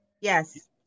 Yes